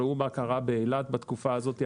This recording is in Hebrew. ראו מה קרה באילת בתקופה הזאת.